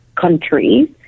countries